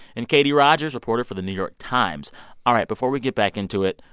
and katie rogers, reporter for the new york times all right, before we get back into it,